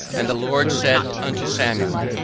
and the lord said unto samuel,